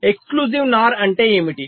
exclusive NOR అంటే ఏమిటి